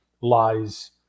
lies